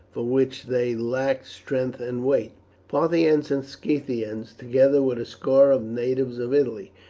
for which they lacked strength and weight parthians and scythians, together with a score of natives of italy,